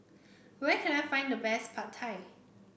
where can I find the best Pad Thai